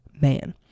man